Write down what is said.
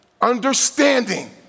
Understanding